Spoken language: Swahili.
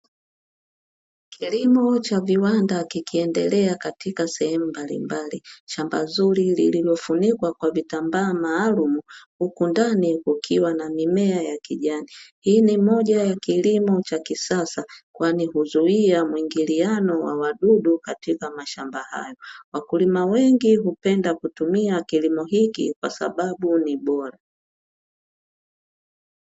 Kilimo cha viwanda kikiendelea katika sehemu mbalimbali. Shamba zuri lililofunikwa kwa vitambaa maalumu, huku ndani kukiwa na mimea ya kijani, hii ni moja ya kilimo cha kisasa kwani huzuia muingiliano wa wadudu katika mashamba hayo. Wakulima wengi hupenda kutumia kilimo hiki kwa sababu ni bora.